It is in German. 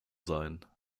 sein